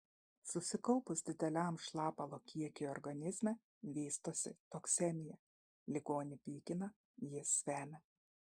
susikaupus dideliam šlapalo kiekiui organizme vystosi toksemija ligonį pykina jis vemia